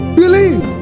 believe